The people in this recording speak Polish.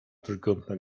trójkątna